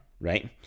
right